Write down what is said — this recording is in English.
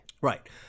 Right